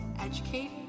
Educate